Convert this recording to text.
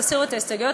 תסירו את ההסתייגויות.